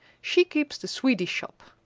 she keeps the sweetie shop.